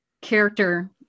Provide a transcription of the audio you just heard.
character